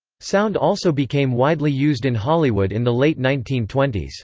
sound also became widely used in hollywood in the late nineteen twenty s.